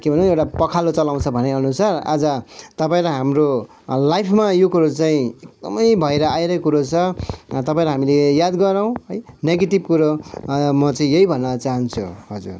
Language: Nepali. के भनौँ एउटा पखालो चलाउँछ भनेअनुसार आज तपाईँ र हाम्रो लाइफमा यो कुरो चाहिँ एकदमै भएर आइरहेको कुरो छ तपाईँ र हामीले याद गरौँ है नेगेटिभ कुरो म चाहिँ यही भन्न चाहन्छु हजुर